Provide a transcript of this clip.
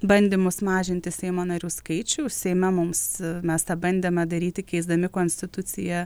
bandymus mažinti seimo narių skaičių seime mums mes tą bandėme daryti keisdami konstituciją